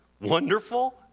wonderful